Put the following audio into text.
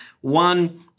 One